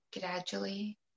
gradually